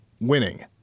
winning